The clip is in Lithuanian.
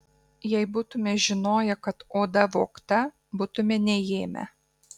jei būtume žinoję kad oda vogta būtume neėmę